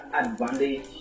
advantage